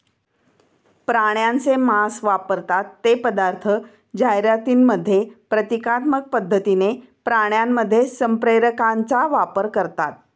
प्राण्यांचे मांस वापरतात ते पदार्थ जाहिरातींमध्ये प्रतिकात्मक पद्धतीने प्राण्यांमध्ये संप्रेरकांचा वापर करतात